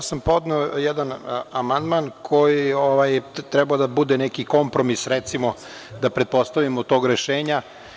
Ja sam podneo jedan amandman koji je trebao da bude neki kompromis, recimo da pretpostavimo, tog rešenja.